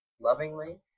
lovingly